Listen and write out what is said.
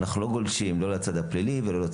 ולתכלל את האירוע הזה אנחנו לא גולשים לצד הפלילי או לאשפוז,